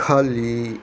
खल्ली